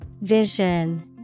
Vision